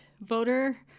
voter